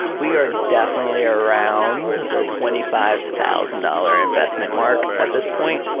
we are definitely around the twenty five thousand dollars investment mark at this point,